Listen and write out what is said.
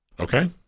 okay